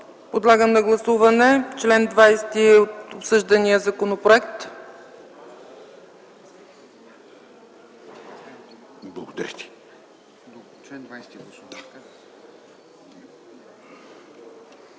Подлагам на гласуване чл. 20 от обсъждания законопроект. Гласували